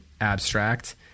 abstract